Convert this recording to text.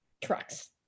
trucks